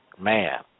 man